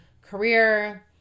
career